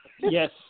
Yes